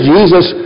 Jesus